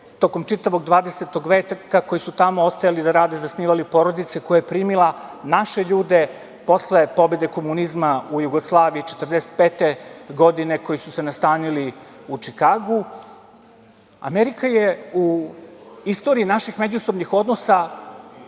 tokom čitavog 20 veka, koji su tamo ostajali da rade, zasnivali porodice, koja je primila naše ljude posle pobede komunizma u Jugoslaviji 1945. godine koji su se nastanili u Čikagu. Amerika je u istoriji našim međuljudskih odnosa